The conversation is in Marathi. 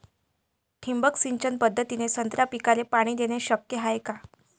ठिबक सिंचन पद्धतीने संत्रा पिकाले पाणी देणे शक्य हाये का?